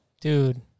Dude